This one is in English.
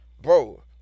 Bro